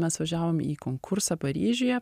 mes važiavom į konkursą paryžiuje